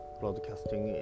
broadcasting